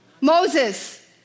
Moses